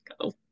go